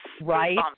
Right